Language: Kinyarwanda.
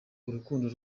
urukundo